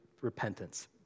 repentance